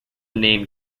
name